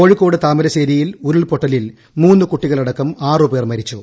കോഴിക്കോട് താമരശ്ശേരിയിൽ ഉരുൾപ്പൊട്ടലിൽ മൂന്നു കുട്ടികളടക്കം ആറുപേർ മരിച്ചു